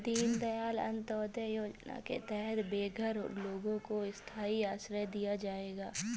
दीन दयाल अंत्योदया योजना के तहत बेघर लोगों को स्थाई आश्रय दिया जाएगा